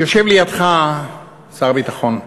יושב לידך שר ביטחון.